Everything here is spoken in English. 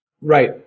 Right